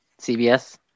CBS